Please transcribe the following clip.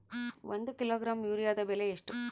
ಒಂದು ಕಿಲೋಗ್ರಾಂ ಯೂರಿಯಾದ ಬೆಲೆ ಎಷ್ಟು?